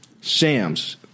Shams